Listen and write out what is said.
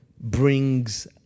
brings